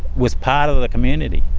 was part of the community,